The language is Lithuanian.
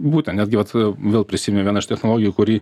būtent netgi vat vėl prisiminiau vieną iš technologijų kuri